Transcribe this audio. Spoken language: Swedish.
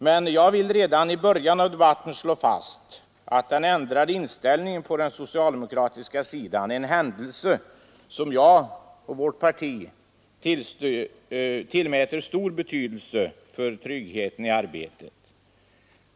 Men jag vill redan i början av denna debatt slå fast att den ändrade inställningen på den socialdemokratiska sidan är en händelse som jag och det parti jag företräder tillmäter stor betydelse för tryggheten i arbetet.